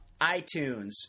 iTunes